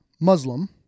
Muslim